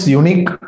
unique